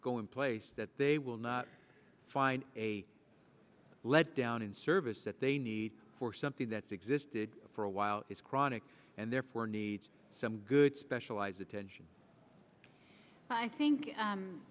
go in place that they will not find a letdown in service that they need for something that's existed for a while is chronic and therefore needs some good specialized attention i think